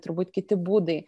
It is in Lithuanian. turbūt kiti būdai